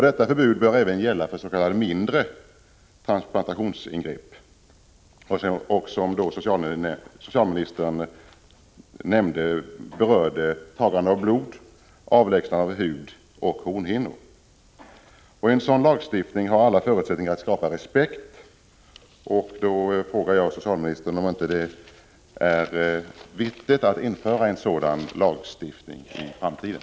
Detta förbud bör även gälla för s.k. mindre transplantationsingrepp som socialministern nämnde, nämligen tagande av blod och avlägsnande av hud och hornhinnor. En sådan lagstiftning skulle ha alla förutsättningar att skapa respekt. Jag frågar socialministern om det inte är viktigt att införa en sådan lagstiftning i framtiden.